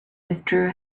withdrew